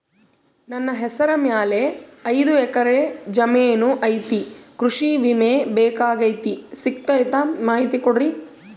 ನನ್ನ ಹೆಸರ ಮ್ಯಾಲೆ ಐದು ಎಕರೆ ಜಮೇನು ಐತಿ ಕೃಷಿ ವಿಮೆ ಬೇಕಾಗೈತಿ ಸಿಗ್ತೈತಾ ಮಾಹಿತಿ ಕೊಡ್ರಿ?